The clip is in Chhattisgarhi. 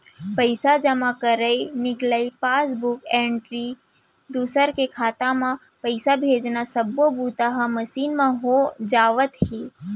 पइसा जमा करई, निकलई, पासबूक एंटरी, दूसर के खाता म पइसा भेजना सब्बो बूता ह मसीन म हो जावत हे